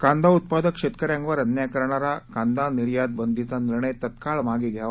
कांदा उत्पादक शेतकऱ्यांवर अन्याय करणारा कांदा निर्यात बंदी निर्णय तत्काळ मागे घ्यावा